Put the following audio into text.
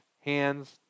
hands